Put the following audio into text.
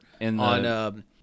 on